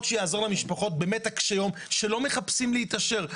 שיעזור למשפחות קשות היום שלא מחפשות להתעשר.